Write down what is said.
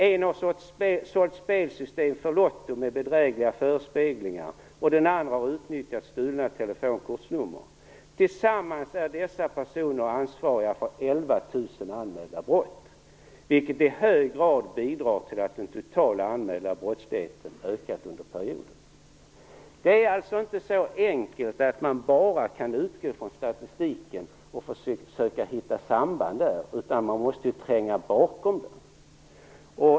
En har sålt spelsystem för Lotto med bedrägliga förespeglingar, och den andra har utnyttjat stulna telefonkortsnummer. Tillsammans är dessa personer ansvariga för 11 000 anmälda brott, vilket i hög grad bidrar till att den totala anmälda brottsligheten ökat under perioden. Det är alltså inte så enkelt att man bara kan utgå från statistiken och försöka hitta samband där. Man måste tränga bakom den.